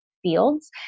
fields